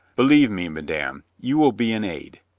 believe me, madame, you will be an aid.